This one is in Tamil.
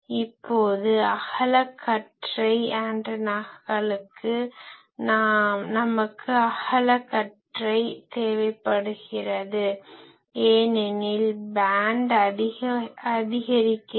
இப்போது அகலக்கற்றை ஆண்டனாக்களுக்கு நமக்கு அகல பேன்ட் தேவைப்படுகிறது ஏனெனில் பேன்ட் அதிகரிக்கிறது